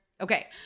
Okay